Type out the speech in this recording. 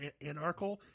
anarchal